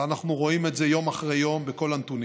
ואנחנו רואים את זה יום אחרי יום בכל הנתונים.